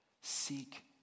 seek